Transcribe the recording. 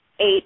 eight